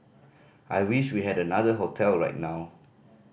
I wish we had another hotel right now